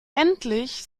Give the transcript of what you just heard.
endlich